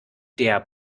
der